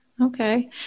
Okay